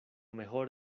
mejor